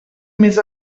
més